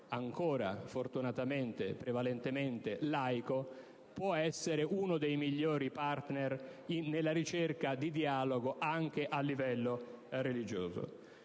ancora, fortunatamente, prevalentemente laico, può essere uno dei migliori *partner* nella ricerca di dialogo anche a livello religioso.